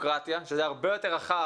אני רוצה להגיד שלושה דברים מרכזיים.